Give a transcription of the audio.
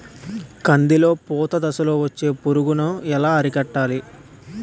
కందిలో పూత దశలో వచ్చే పురుగును ఎలా అరికట్టాలి?